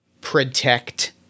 Protect